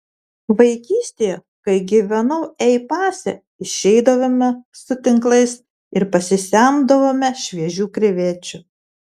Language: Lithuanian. vaikystėje kai gyvenau ei pase išeidavome su tinklais ir pasisemdavome šviežių krevečių